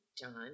John